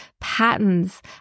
patterns